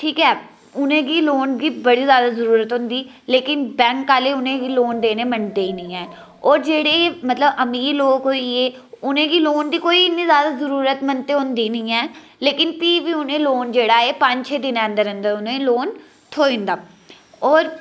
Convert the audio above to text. ठीक ऐ उ'नेंगी लोन दी बड़ी जादा दिक्कत होंदी लेकिन बैंक आह्ले उ'नेंगी लोन देने आस्तै मनदे निं हैन की के जेह्ड़े मतलब अमीर लोग होई गे उ'नेंगी लोन दी ते इ'न्नी जादा जरूरत होंदी निं ऐ लेकिन प्ही बी उ'नें लोन जेह्ड़ा ऐ पंज छे दिनें दे अंदर अंदर लोन थ्होई जंदा होर